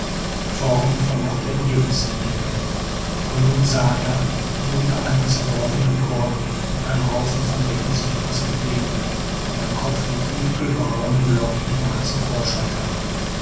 vermochte er nirgends zu entdecken aber nun sah er wie unter einem zerbrochenen korb und einem haufen von decken sich etwas bewegte und ein kopf mit dunkelbraunem lockigem haar zum vorschein kam